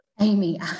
Amy